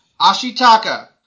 Ashitaka